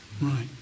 Right